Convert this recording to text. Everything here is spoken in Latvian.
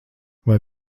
vai